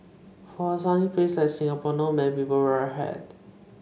for a sunny place like Singapore not many people wear a hat